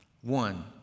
one